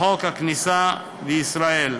לחוק הכניסה לישראל.